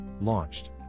Launched